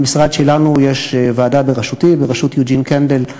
במשרד שלנו יש ועדה בראשותי, בראשות יוג'ין קנדל,